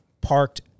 parked